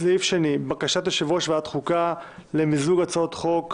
עוברים לסעיף השני: בקשת יושב-ראש ועדת חוקה למיזוג הצעת חוק